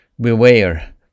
Beware